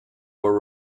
were